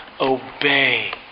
obey